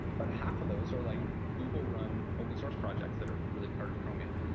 but half of those are like google-run open-source projects that are really part of chromium.